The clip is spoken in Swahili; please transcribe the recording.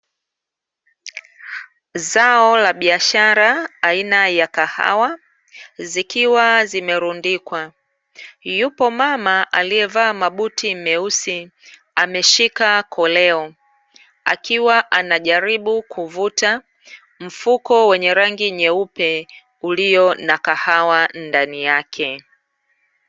Zao la biashara aina ya kahawa zikiwa zimerundikwa, yupo mama aliyevaa mabuti meusi ameshika koleo akiwa anajribu kuvuta mfuko wenye rangi nyeupe ulio na kahawa ndani yake.